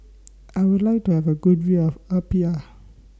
I Would like to Have A Good View of Apia